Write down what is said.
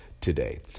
today